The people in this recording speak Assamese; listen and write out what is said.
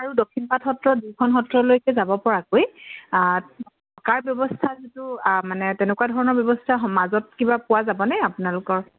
আৰু দক্ষিণপাট সত্ৰ দুইখন সত্ৰলৈকে যাব পৰাকৈ থকাৰ ব্যৱস্থা যিটো মানে তেনেকুৱা ধৰণৰ ব্যৱস্থা সমাজত কিবা পোৱা যাবনে আপোনালোকৰ